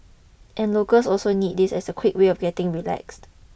and locals also need this as a quick way of getting relaxed